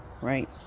right